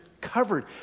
covered